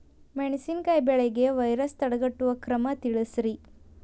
ಮೆಣಸಿನಕಾಯಿ ಬೆಳೆಗೆ ವೈರಸ್ ತಡೆಗಟ್ಟುವ ಕ್ರಮ ತಿಳಸ್ರಿ